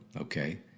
okay